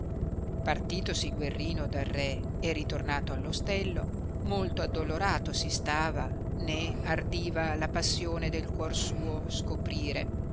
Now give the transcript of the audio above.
di vita partitosi guerrino dal re e ritornato all ostello molto addolorato si stava né ardiva la passione del cuor suo scoprire